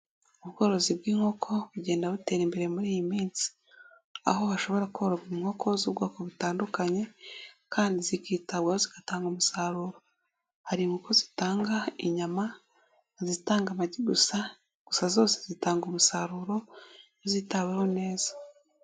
Ubworozi bw'inkoko bugenda butera imbere muri iyi minsi, aho bashobora koroka in nkoko z'ubwoko butandukanye kandi zikitabwaho zigatanga umusaruro, hari inkufu zitanga inyama, izitanga amagi gusa, gusa zose zitanga umusaruro, iyo zitaweho neza.